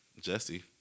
Jesse